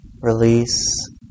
release